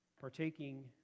partaking